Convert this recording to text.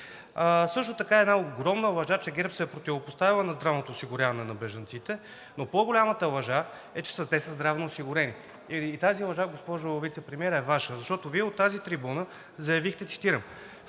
Също така една огромна лъжа е, че ГЕРБ се е противопоставил на здравното осигуряване на бежанците, но по-голямата лъжа е, че те са здравноосигурени. И тази лъжа, госпожо Вицепремиер, е Ваша, защото Вие от тази трибуна заявихте, цитирам: